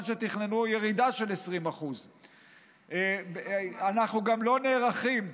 שתכננו ירידה של 20%. אנחנו גם לא נערכים,